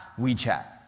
WeChat